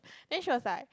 then she was like